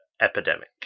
epidemic